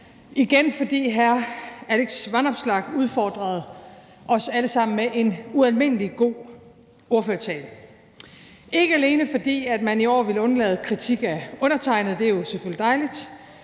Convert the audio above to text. igen fordi hr. Alex Vanopslagh udfordrede os alle sammen med en ualmindelig god ordførertale. Det er ikke alene, fordi man i år vil undlade kritik af undertegnede – det er jo selvfølgelig dejligt